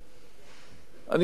אני חושב שזאת בושה וחרפה.